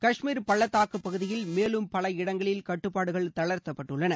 கஷ்மீர் பள்ளத்தாக்கு பகுதியில் மேலும் பல இடங்களில் கட்டுப்பாடுகள் தளர்த்தப்பட்டுள்ளன